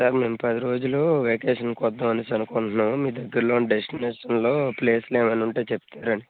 sir మేము పది రోజులు వెకేషన్కు వద్దామనేసి అనుకుంటున్నాము మీ దగ్గరలోని డెస్టినేషన్లు ప్లేస్లు ఏమైనా ఉంటే చెప్తారని